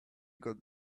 got